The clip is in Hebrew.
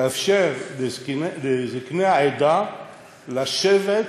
תאפשר לזקני העדה לשבת